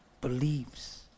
believes